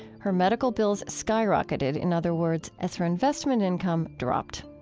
her medical bills skyrocketed, in other words, as her investment income dropped.